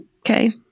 Okay